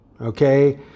Okay